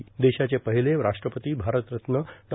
देशाचे पर्हाले राष्ट्रपती भारतरत्न डॉ